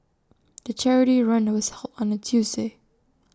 the charity run was held on A Tuesday